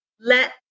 let